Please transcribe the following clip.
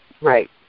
Right